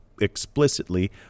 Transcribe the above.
explicitly